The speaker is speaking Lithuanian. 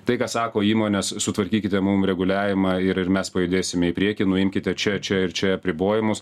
tai ką sako įmonės sutvarkykite mum reguliavimą ir ir mes pajudėsime į priekį nuimkite čia čia ir čia apribojimus